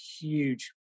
huge